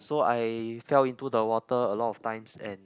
so I fell into the water a lot of times and